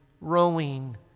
rowing